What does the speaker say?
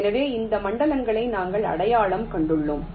எனவே இந்த மண்டலங்களை நாங்கள் அடையாளம் கண்டுள்ளோம்